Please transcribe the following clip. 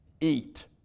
eat